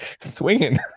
swinging